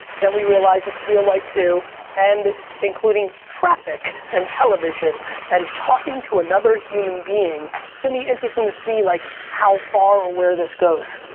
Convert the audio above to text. then we realized it's real life too and including traffic and television and talking to another human being. it's gonna be interesting to see like how far or where this goes.